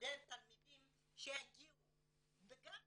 תלמידים שיגיעו וגם